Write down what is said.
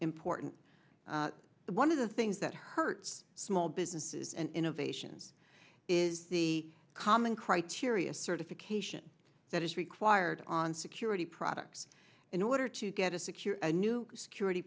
important one of the things that hurts small businesses and innovations is the common criteria certification that is required on security products in order to get a secure a new security